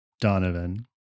Donovan